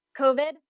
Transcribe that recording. COVID